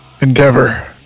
endeavor